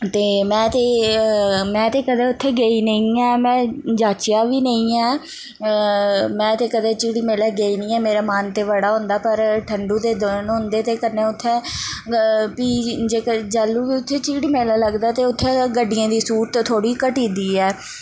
ते में ते में ते कदें उत्थें गेई नेईं ऐ में जाचेआ बी नेईं ऐ में ते कदें चिड़ी मेलै गेई नी ऐ मेरा मन ते बड़ा होंदा पर ठंडु दे दिन होंदे ते कन्नै उत्थें फ्ही जेकर जैल्लू बी उत्थें चिड़ी मेला लगदा ते उत्थें गड्डियें दी छूट बी थोह्ड़ी घटी जंदी ऐ